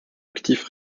actifs